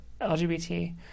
LGBT